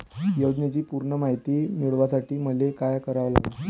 योजनेची पूर्ण मायती मिळवासाठी मले का करावं लागन?